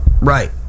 Right